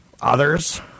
others